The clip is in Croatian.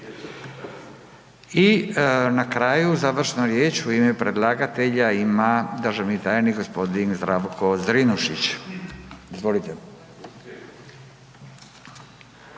I na kraju završnu riječ u ime predlagatelja ima državni tajnik gospodin Zdravko Zrinušić. Izvolite.